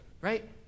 Right